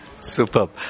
Superb